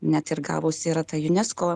net ir gavusi yra tą unesco